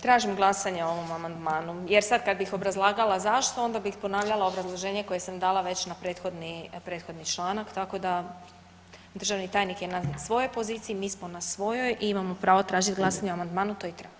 Tražim glasanje o ovom amandmanu jer sad kad bih obrazlagala zašto onda bih ponavljala obrazloženje koje sam davala već na prethodni članak, tako da državni tajnik je na svojoj poziciji, mi smo na svojoj i imamo pravo tražiti glasanje o amandmanu, to i tražimo.